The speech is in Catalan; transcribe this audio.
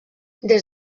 des